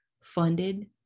funded